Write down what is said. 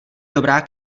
dobrá